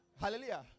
Hallelujah